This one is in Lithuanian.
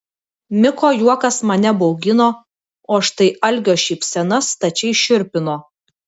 miko juokas mane baugino o štai algio šypsena stačiai šiurpino